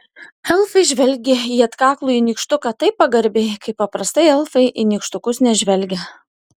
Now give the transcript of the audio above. elfai žvelgė į atkaklųjį nykštuką taip pagarbiai kaip paprastai elfai į nykštukus nežvelgia